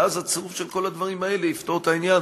ואז הצירוף של כל הדברים האלה יפתור את העניין.